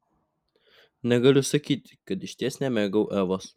negaliu sakyti kad išties nemėgau evos